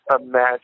imagine